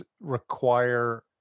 require